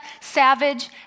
Savage